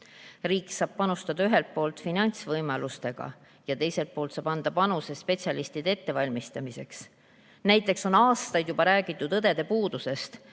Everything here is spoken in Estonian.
[---]Riik saab panustada ühelt poolt finantsvõimalustega ja teiselt poolt saab anda panuse spetsialistide ettevalmistusse. Näiteks on aastaid juba räägitud õdede puudusest